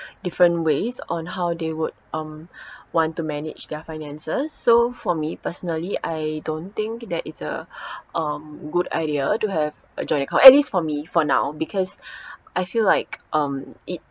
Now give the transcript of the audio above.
different ways on how they would um want to manage their finances so for me personally I don't think that is a um good idea to have a joint account at least for me for now because I feel like um it